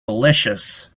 delicious